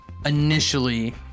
Initially